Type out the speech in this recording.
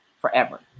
forever